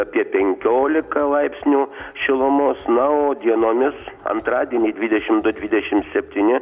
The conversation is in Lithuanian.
apie penkiolika laipsnių šilumos na o dienomis antradienį dvidešimt du dvidešimt septyni